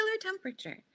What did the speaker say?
temperature